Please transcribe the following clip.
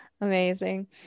Amazing